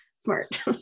Smart